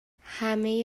همه